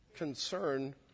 concern